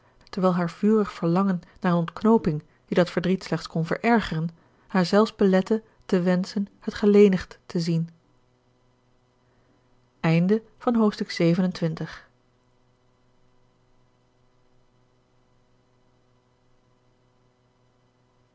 terwijl haar vurig verlangen naar eene ontknooping die dat verdriet slechts kon verergeren haar zelfs belette te wenschen het gelenigd te zien